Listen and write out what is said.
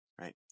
right